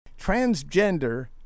transgender